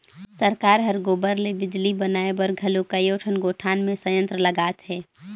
सरकार हर गोबर ले बिजली बनाए बर घलो कयोठन गोठान मे संयंत्र लगात हे